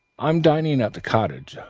i am dining at the cottage.